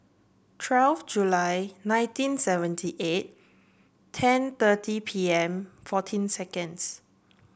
twelve July nineteen seventy eight ten thirty P M fourteen seconds